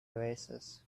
oasis